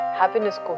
happiness